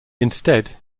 instead